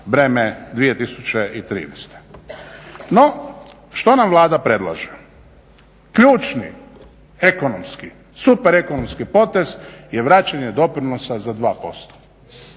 breme 2013. No, što nam Vlada predlaže? Ključni ekonomski, super ekonomski potez je vraćanje doprinosa za 2%.